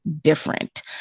different